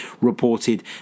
reported